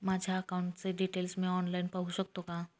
माझ्या अकाउंटचे डिटेल्स मी ऑनलाईन पाहू शकतो का?